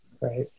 right